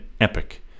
epic